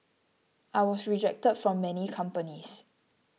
I was rejected from many companies